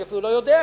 אני אפילו לא יודע.